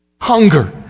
hunger